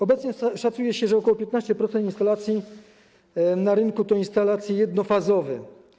Obecnie szacuje się, że ok. 15% instalacji na rynku to instalacje jednofazowe.